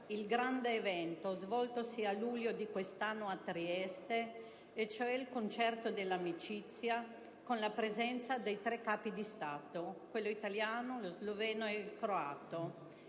il grande evento svoltosi a luglio di quest'anno a Trieste, e cioè il Concerto dell'amicizia, con la presenza dei tre Capi di Stato, italiano, sloveno e croato.